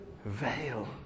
Veil